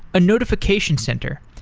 a notification center,